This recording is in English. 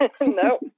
no